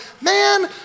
man